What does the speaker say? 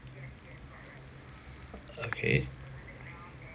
okay